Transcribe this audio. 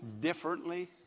differently